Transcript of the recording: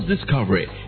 discovery